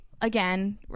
again